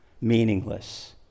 meaningless